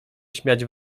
śmiać